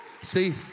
See